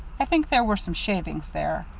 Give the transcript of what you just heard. i think there were some shavings there.